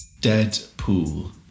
Deadpool